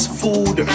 food